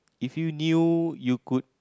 if you knew you could